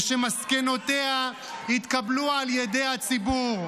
ושמסקנותיה יתקבלו על ידי הציבור.